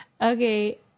Okay